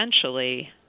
essentially